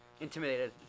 intimidated